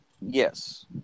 yes